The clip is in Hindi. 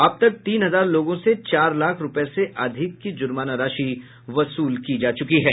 अब तक तीन हजार लोगों से चार लाख रूपये से अधिक की जुर्माना राशि वसूल की जा चुकी है